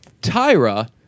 Tyra